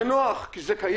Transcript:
זה נוח, כי זה קיים.